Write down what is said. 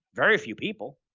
very few people.